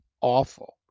awful